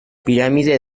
pirámide